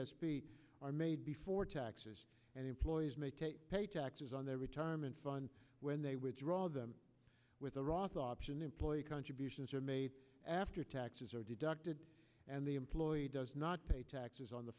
are made before taxes and employees may pay taxes on their retirement fund when they withdraw them with a roth option employee contributions are made after taxes are deducted and the employee does not pay taxes on the